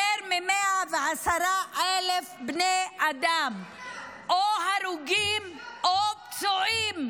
יותר מ-110,000 בני אדם או הרוגים או פצועים,